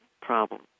problem